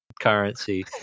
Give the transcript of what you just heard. currency